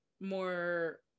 more